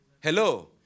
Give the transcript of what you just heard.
Hello